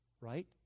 Right